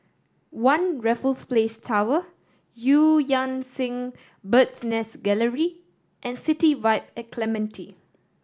One Raffles Place Tower Eu Yan Sang Bird's Nest Gallery and City Vibe at Clementi